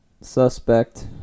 suspect